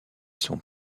sont